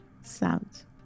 south